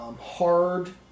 hard